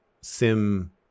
sim